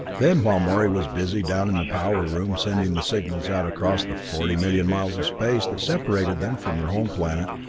then, while morey was busy down in the power room sending the signals out across the forty million miles of space that separated them from their home planet,